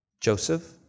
Joseph